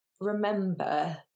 remember